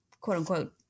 quote-unquote